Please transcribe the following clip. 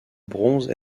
bronze